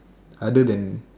other than